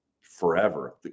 forever